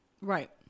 Right